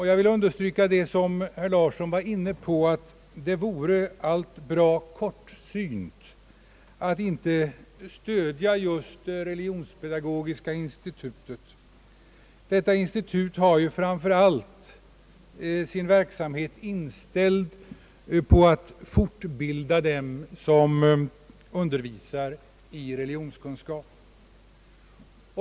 Jag vill understryka det som herr Larsson var inne på, nämligen att det vore bra kortsynt att inte stödja Religionspedagogiska institutet. Detta institut har ju framför allt sin verksamhet inställd på att fortbilda dem som undervisar i religionskunskap.